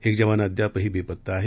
एक जवान अद्यापही बेपत्ता आहे